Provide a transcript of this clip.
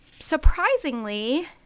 surprisingly